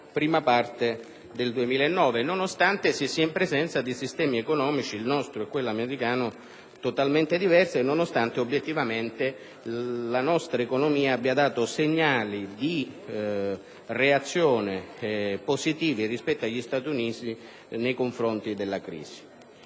prima parte del 2009, nonostante si sia in presenza di sistemi economici, il nostro e quello americano, totalmente diversi e nonostante, obiettivamente, la nostra economia abbia manifestato segnali di reazione positiva rispetto agli Stati Uniti nei confronti della crisi.